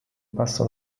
passa